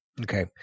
Okay